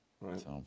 Right